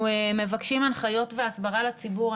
אנחנו מבקשים הנחיות והסברה לציבור.